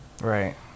right